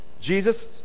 Jesus